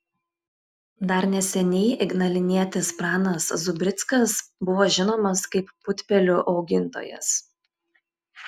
dar neseniai ignalinietis pranas zubrickas buvo žinomas kaip putpelių augintojas